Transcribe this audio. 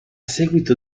seguito